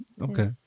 okay